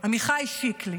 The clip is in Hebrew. עמיחי שיקלי,